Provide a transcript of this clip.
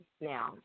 Now